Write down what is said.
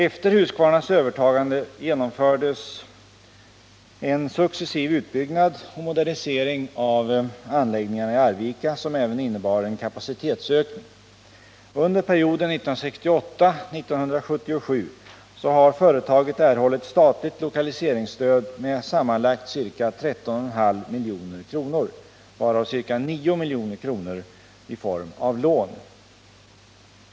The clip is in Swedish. Efter Husqvarnas övertagande genomfördes en successiv utbyggnad och modernisering av anläggningarna i Arvika som även innebar en kapacitetsökning. Under perioden 1968-1977 har företaget erhållit statligt lokaliseringsstöd med sammanlagt ca 13,5 milj.kr., varav ca 9 milj.kr. i form av lån.